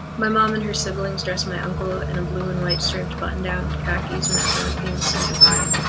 my mom and her siblings dressed my uncle in a blue and white striped button-down and khakis when everyone came to say goodbye.